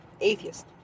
Atheist